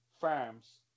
farms